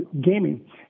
gaming